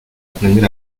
aprender